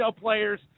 players